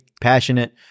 passionate